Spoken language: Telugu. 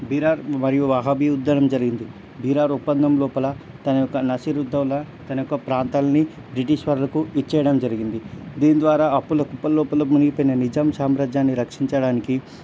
బీరార్ మరియు వహబీ యుద్ధం జరిగింది బీరార్ ఒప్పందం లోపల తన యొక్క నసీరుద్దౌలా తన యొక్క ప్రాంతాలని బ్రిటీష్ వాళ్ళకి ఇచ్చేయడం జరిగింది దీని ద్వారా అప్పుల కుప్పల లోపల మునిగిపోయిన నిజాం సామ్రాజ్యాన్ని రక్షించడానికి